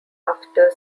after